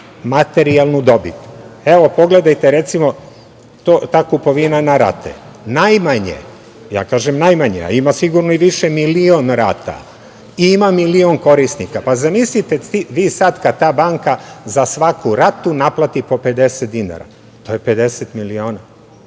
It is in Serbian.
materijalnu dobit. Evo, pogledajte, ta kupovina na rate, najmanje, ja kažem najmanje, a ima i sigurno i više, milion rata, ima milion korisnika, i zamislite kada svaka banka naplati po 50 dinara, to je 50 miliona